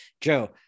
Joe